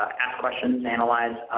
ask questions, analyze.